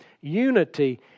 unity